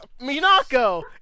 Minako